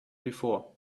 before